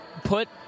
put